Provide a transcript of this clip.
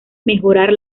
mejorar